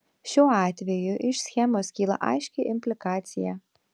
šiuo atveju iš schemos kyla aiški implikacija